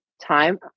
time